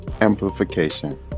amplification